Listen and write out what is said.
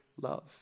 love